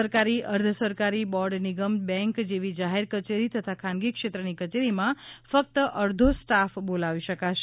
સરકારી અર્ધસરકારી બોર્ડ નિગમ બેંક જેવી જાહેર કચેરી તથા ખાનગી ક્ષેત્રની કચેરી માં ફક્ત અર્ધો સ્ટાફ બોલાવી શકાશે